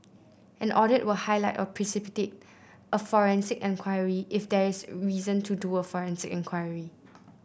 an audit will highlight or precipitate a forensic enquiry if there is reason to do a forensic enquiry